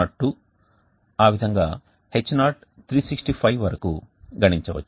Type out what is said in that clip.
H0 వరకు గణించవచ్చు